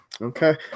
Okay